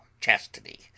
chastity